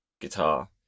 guitar